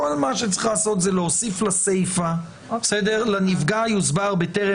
כל מה שצריך לעשות זה להוסיף לסיפא: "לנפגע יוסבר בטרם